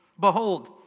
Behold